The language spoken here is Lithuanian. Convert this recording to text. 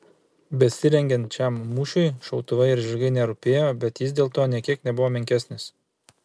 besirengiant šiam mūšiui šautuvai ir žirgai nerūpėjo bet jis dėl to nė kiek nebuvo menkesnis